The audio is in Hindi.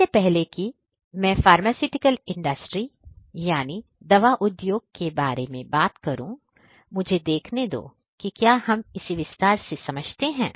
इससे पहले कि मैं फार्मास्यूटिकल इंडस्ट्री यानी दवा उद्योग में IOT के बारे में बात करूं मुझे देखने दो कि क्या हम इसे विस्तार से समझते हैं